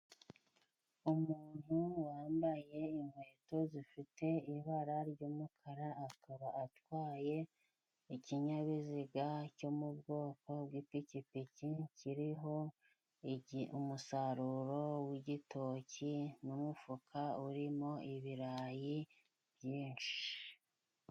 Umuntu wambaye inkweto zifite ibara ry'umukara akaba atwaye ikinyabiziga cyo mu bwoko bw'ipikipiki, kiriho umusaruro w'igitoki n'umufuka urimo ibirayi byinshi.